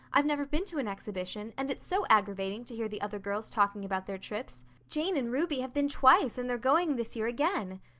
i've never been to an exhibition, and it's so aggravating to hear the other girls talking about their trips. jane and ruby have been twice, and they're going this year again.